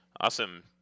Awesome